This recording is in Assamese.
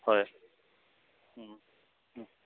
হয়